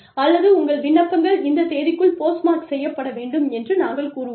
அல்லது உங்கள் விண்ணப்பங்கள் இந்த தேதிக்குள் போஸ்ட் மார்க் செய்யப்பட வேண்டும் என்று நாங்கள் கூறுவோம்